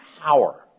power